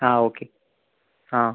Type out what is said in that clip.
ആ ഓക്കെ ആ